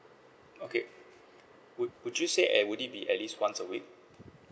okay would would you say at would it be at least once a week